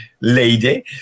lady